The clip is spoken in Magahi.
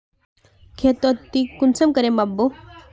खेतोक ती कुंसम करे माप बो?